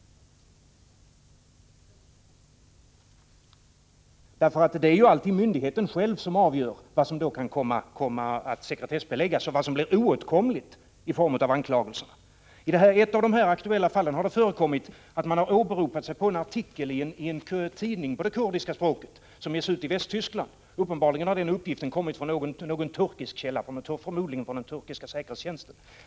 Det blir ju då alltid myndigheten själv som avgör vad i anklagelserna som kan komma att sekretessbeläggas och som blir oåtkomligt. I ett av de aktuella fallen har det förekommit att man åberopat sig på en artikel i en tidning på det kurdiska språket som ges ut i Västtyskland. Uppenbarligen har uppgift om den kommit från någon turkisk källa, förmodligen den turkiska säkerhetstjänsten.